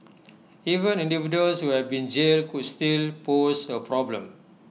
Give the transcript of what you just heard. even individuals who have been jailed could still pose A problem